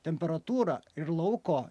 temperatūra ir lauko